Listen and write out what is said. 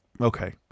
okay